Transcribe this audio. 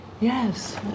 yes